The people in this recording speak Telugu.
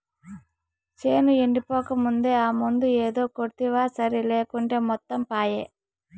చేను ఎండిపోకముందే ఆ మందు ఏదో కొడ్తివా సరి లేకుంటే మొత్తం పాయే